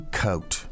coat